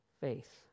faith